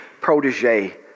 protege